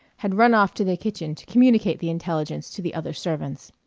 had run off to the kitchen to communicate the intelligence to the other servants.